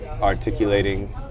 articulating